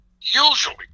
Usually